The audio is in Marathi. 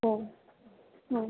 हो हो